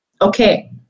Okay